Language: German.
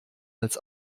als